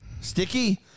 Sticky